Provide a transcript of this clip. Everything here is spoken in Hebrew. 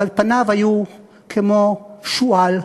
אבל פניו היו כמו שועל